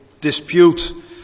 dispute